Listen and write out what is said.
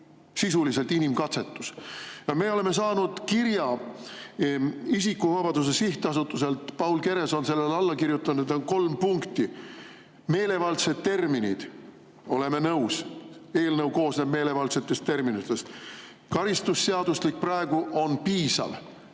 sisuliselt inimkatsetus. Me oleme saanud kirja Isikuvabaduse Sihtasutuselt, Paul Keres on sellele alla kirjutanud, ja siin on kolm punkti. Meelevaldsed terminid. Oleme nõus. Eelnõu koosneb meelevaldsetest terminitest. Karistusseadustik praegu on piisav,